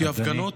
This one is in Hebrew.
כי הפגנות,